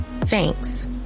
Thanks